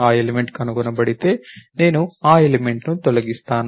ఆ ఎలిమెంట్ కనుగొనబడితే నేను ఆ ఎలిమెంట్ ని తొలగిస్తాను